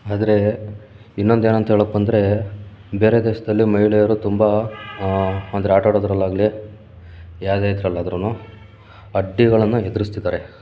ಆದರೆ ಇನ್ನೊಂದು ಏನಂತ ಹೇಳಕೆ ಬಂದರೆ ಬೇರೆ ದೇಶದಲ್ಲಿ ಮಹಿಳೆಯರು ತುಂಬ ಅಂದರೆ ಆಟ ಆಡೋದರಲ್ಲಾಗ್ಲಿ ಯಾವುದೇ ಇದ್ರಲ್ಲಾದ್ರು ಅಡ್ಡಿಗಳನ್ನು ಎದುರಿಸ್ತಿದ್ದಾರೆ